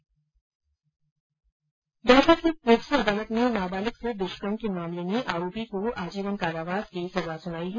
दौसा की पोक्सो अदालत ने नाबालिग से दुष्कर्म के मामले में आरोपी को आजीवन की कारावास की सजा सुनाई है